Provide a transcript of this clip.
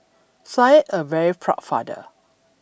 said a very prod father